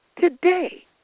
today